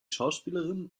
schauspielerin